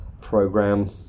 program